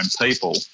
people